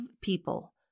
people